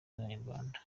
y’abanyarwanda